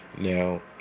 Now